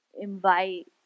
invite